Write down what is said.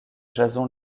jason